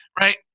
right